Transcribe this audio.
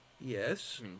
yes